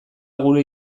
gure